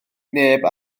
neb